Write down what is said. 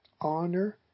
honor